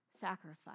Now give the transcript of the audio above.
sacrifice